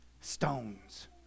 stones